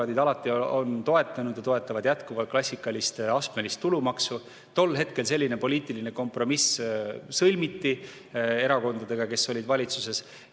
alati toetanud ja toetavad jätkuvalt klassikalist astmelist tulumaksu. Tol hetkel selline poliitiline kompromiss sõlmiti erakondadega, kes olid valitsuses.